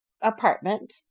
apartment